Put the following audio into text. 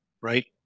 right